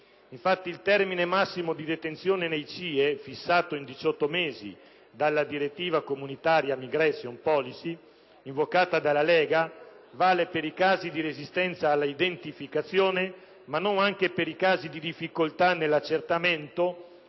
Infatti, il termine massimo di detenzione nei CIE, fissato in 18 mesi dalla direttiva comunitaria in materia di ingressi invocata dalla Lega, vale per i casi di resistenza all'identificazione ma non anche per i casi di difficoltà nell'accertamento